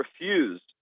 refused